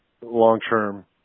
long-term